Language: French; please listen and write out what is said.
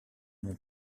mon